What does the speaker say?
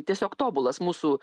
tiesiog tobulas mūsų